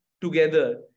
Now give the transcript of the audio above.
together